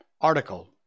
article